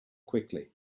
quickly